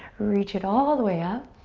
reach it all the way up.